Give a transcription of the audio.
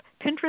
Pinterest